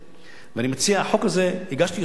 אני מציע את החוק הזה, הגשתי אותו מחדש.